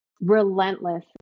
relentless